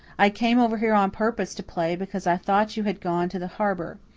i came over here on purpose to play, because i thought you had gone to the harbour.